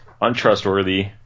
Untrustworthy